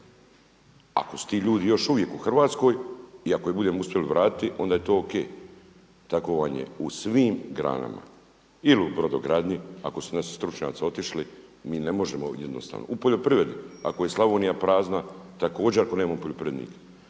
Ako su ti ljudi još uvijek u Hrvatskoj i ako ih budemo uspjeli vratiti onda je to o.k. Tako vam je u svim granama ili u brodogradnji, ako su naši stručnjaci otišli. Mi ne možemo jednostavno. U poljoprivredi ako je i Slavonija prazna također ako nemamo poljoprivrednika.